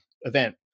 event